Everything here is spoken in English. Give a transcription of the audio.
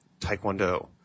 Taekwondo